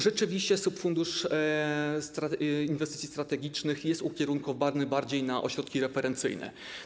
Rzeczywiście subfundusz inwestycji strategicznych jest ukierunkowany bardziej na ośrodki referencyjne.